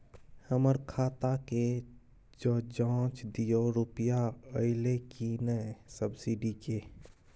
हमर खाता के ज जॉंच दियो रुपिया अइलै की नय सब्सिडी के?